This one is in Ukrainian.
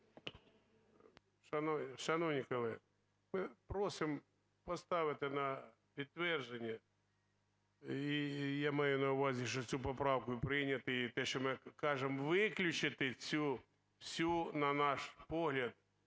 В.І. Шановні колеги, просимо поставити на підтвердження, я маю на увазі, що цю поправку прийняти, і те, що ми кажемо, виключити цю всю, на наш погляд,